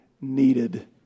needed